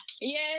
Yes